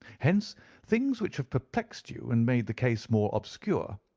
hence things which have perplexed you and made the case more obscure,